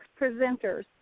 presenters